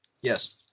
Yes